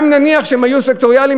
גם אם נניח שהם היו סקטוריאליים,